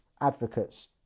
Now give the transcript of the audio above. advocates